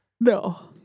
No